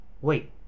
Wait